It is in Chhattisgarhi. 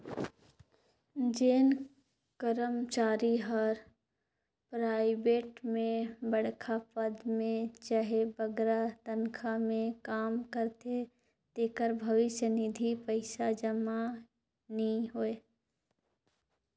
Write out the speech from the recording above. जेन करमचारी हर पराइबेट में बड़खा पद में चहे बगरा तनखा में काम करथे तेकर भविस निधि पइसा जमा नी होए